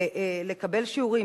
ולקבל שיעורים,